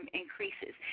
increases